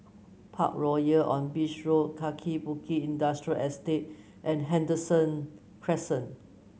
Parkroyal on Beach Road Kaki Bukit Industrial Estate and Henderson Crescent